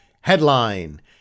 Headline